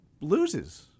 loses